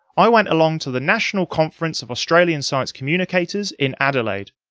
i went along to the national conference of australian science communicators in adelaide.